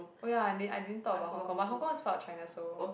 oh ya I din I din thought about hong-kong but hong-kong is part of China so